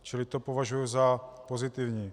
Čili to považuji za pozitivní.